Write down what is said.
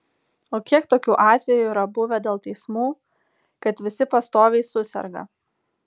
o kiek tokių atvejų yra buvę dėl teismų kad visi pastoviai suserga